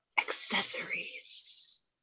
accessories